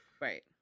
right